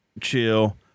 chill